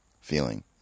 feeling